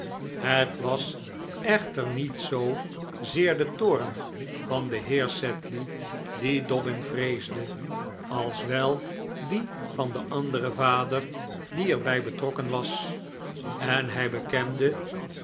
het was echter niet zoo zeer den toorn van den heer sedley dien dobbin vreesde als wel dien van den anderen vader die er bij betrokken was en hij bekende